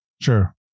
Sure